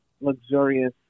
luxurious